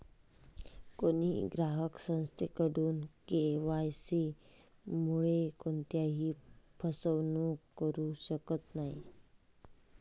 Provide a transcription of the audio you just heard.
कोणीही ग्राहक संस्थेकडून के.वाय.सी मुळे कोणत्याही फसवणूक करू शकत नाही